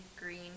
Green